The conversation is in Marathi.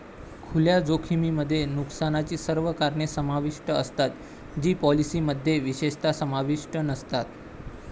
खुल्या जोखमीमध्ये नुकसानाची सर्व कारणे समाविष्ट असतात जी पॉलिसीमध्ये विशेषतः समाविष्ट नसतात